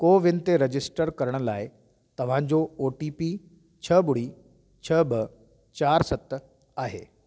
CoWIN ते register करण लाइ तव्हां जो ओ टी पी छह ॿुड़ी छह ॿ चारि सत आहे